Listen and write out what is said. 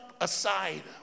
aside